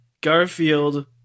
Garfield